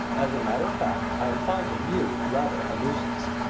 as a matter of fact i am finding you rather a nuisance.